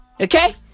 Okay